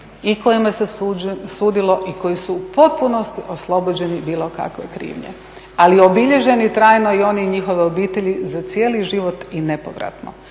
i kojima se sudilo i koji su u potpunosti oslobođeni bilo kakve krivnje. Ali su obilježeni trajno i oni i njihove obitelji za cijeli život i nepovratno